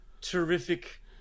Terrific